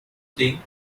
thing